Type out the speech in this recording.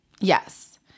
Yes